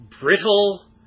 brittle